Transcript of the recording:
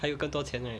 还有更多钱 right